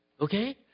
Okay